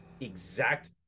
exact